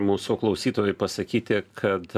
mūsų klausytojui pasakyti kad